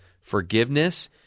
forgiveness